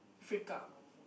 freak out